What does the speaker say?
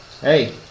hey